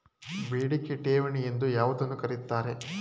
ಬೇಡಿಕೆ ಠೇವಣಿ ಎಂದು ಯಾವುದನ್ನು ಕರೆಯುತ್ತಾರೆ?